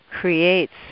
creates